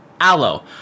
aloe